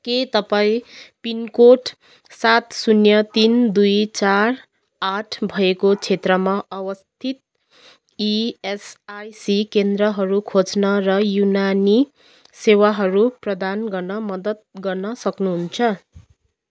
के तपाईँँ पिनकोड सात शून्य तिन दुई चार आठ भएको क्षेत्रमा अवस्थित इएसआइसी केन्द्रहरू खोज्न र युनानी सेवाहरू प्रदान गर्न मद्दत गर्न सक्नुहुन्छ